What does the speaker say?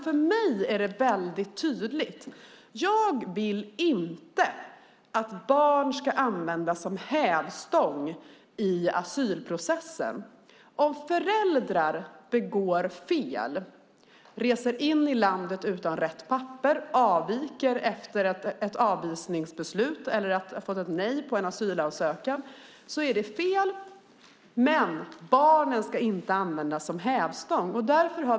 För mig är det väldigt tydligt. Jag vill inte att barn ska användas som hävstång i asylprocessen. Om föräldrar reser in i landet utan rätt papper, avviker efter ett avvisningsbeslut eller efter att ha fått ett nej på en asylansökan är det fel. Men barnen ska inte användas som hävstång.